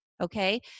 Okay